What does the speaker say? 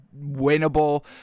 winnable